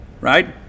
right